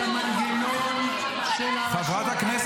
זו הצעת חוק שבאה לקחת את המנגנון של הרשות